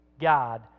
God